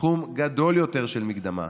סכום גדול יותר של מקדמה,